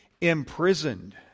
imprisoned